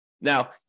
Now